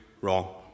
wrong